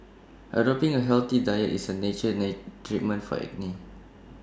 adopting A healthy diet is A nature treatment for acne